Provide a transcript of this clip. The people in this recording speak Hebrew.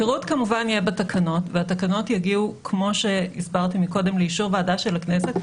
הפירוט כמובן יהיה בתקנות והתקנות יגיעו לאישור ועדה של הכנסת.